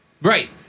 Right